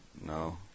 No